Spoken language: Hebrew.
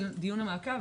לדיון מעקב,